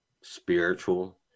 spiritual